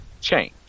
change